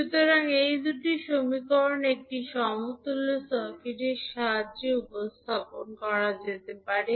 সুতরাং এই দুটি সমীকরণ একটি সমতুল্য সার্কিটের সাহায্যে উপস্থাপন করা যেতে পারে